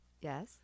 Yes